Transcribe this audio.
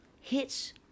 hits